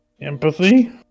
Empathy